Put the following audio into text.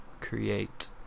create